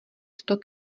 sto